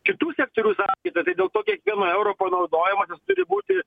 kitų sektorių sąskaita tai dėl to kiekvieno euro panaudojimas jis turi būti